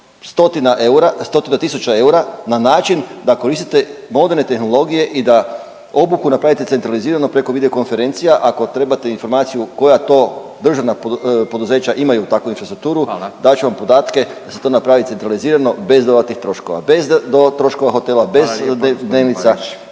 stotina tisuća eura na način da koristite moderne tehnologije i da obuku napravite centralizirano preko videokonferencija. Ako trebate informaciju koja to državna poduzeća imaju takvu infrastrukturu …/Upadica Radin: Hvala./… dat ću vam podatke da se to napravi centralizirano bez dodatnih troškova, bez da dodatnih troškova hotela …/Upadica